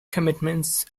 commitments